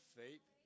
faith